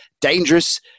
dangerous